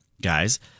guys